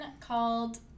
called